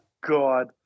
God